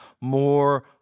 more